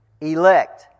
Elect